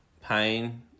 Pain